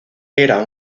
era